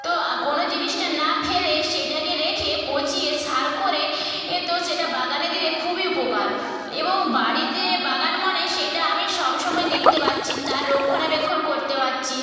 তো কোনো জিনিসটা না ফেলে সেইটাকে রেখে পচিয়ে সার করে এতো সেটা বাগানে দিলে খুবই উপকার এবং বাড়িতে বাগান মানে সেটা আমি সব সময় দেখতে পাচ্ছি তার রক্ষণাবেক্ষণ করতে পাচ্ছি